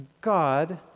God